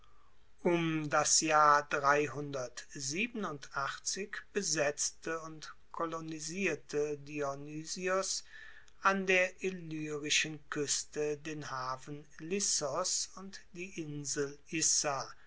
um das jahr besetzte und kolonisierte dionysios an der illyrischen kueste den hafen lissos und die insel issa